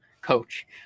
coach